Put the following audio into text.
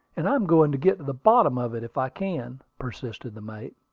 and i am going to get to the bottom of it if i can, persisted the mate.